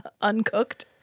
Uncooked